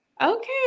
Okay